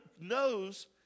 knows